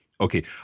Okay